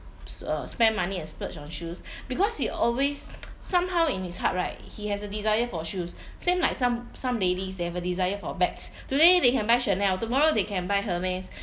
uh spend money and splurge on shoes because he always somehow in his heart right he has a desire for shoes same like some some ladies they have a desire for bags today they can buy Chanel tomorrow they can buy Hermes